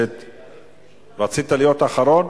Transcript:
רצית להיות אחרון?